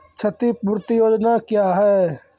क्षतिपूरती योजना क्या हैं?